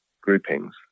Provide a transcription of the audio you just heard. groupings